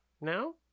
now